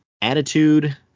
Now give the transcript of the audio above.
attitude